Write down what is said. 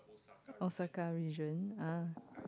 Osaka region ah